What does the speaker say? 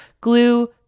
glue